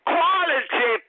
Quality